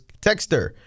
texter